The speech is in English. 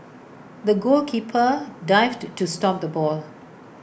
the goalkeeper dived to to stop the ball